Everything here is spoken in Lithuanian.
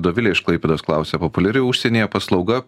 dovilė iš klaipėdos klausia populiari užsienyje paslauga